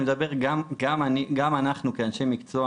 אני אומר גם אנחנו כאנשי מקצוע,